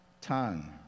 tongue